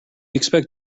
expect